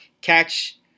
catch